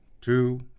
two